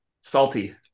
Salty